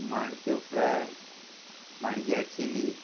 माणक्यो फ्राय माणग्या चिली